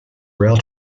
rail